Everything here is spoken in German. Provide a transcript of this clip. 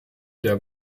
der